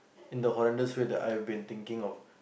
in the horrendous way that I have been thinking of